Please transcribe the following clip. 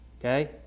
okay